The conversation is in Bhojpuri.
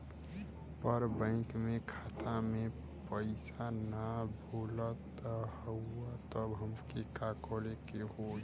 पर बैंक मे खाता मे पयीसा ना बा बोलत हउँव तब हमके का करे के होहीं?